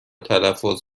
تلفظ